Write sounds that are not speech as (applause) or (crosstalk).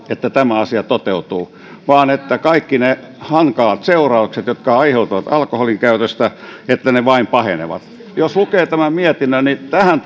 että tämä asia toteutuu vaan siihen että kaikki ne hankalat seuraukset jotka aiheutuvat alkoholinkäytöstä vain pahenevat jos lukee tämän mietinnön tähän (unintelligible)